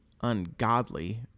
ungodly